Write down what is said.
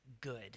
good